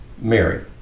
Mary